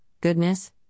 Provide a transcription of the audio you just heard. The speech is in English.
goodness